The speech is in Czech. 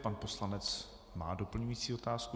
Pan poslanec má doplňující otázku.